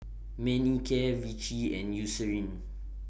Manicare Vichy and Eucerin